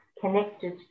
connected